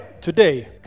Today